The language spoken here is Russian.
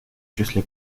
числе